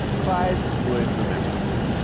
clyde would remember this.